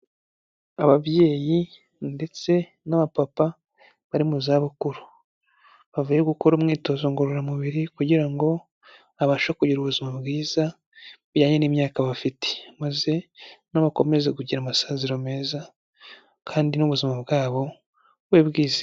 Ababyeyi ndetse n'abapapa bari mu zabukuru bavuye gukora umwitozo ngororamubiri kugira ngo babashe kugira ubuzima bwiza bujyanye n'imyaka bafite maze nabo bakomeze kugira amasaziro meza kandi n'ubuzima bwabo bube bwize...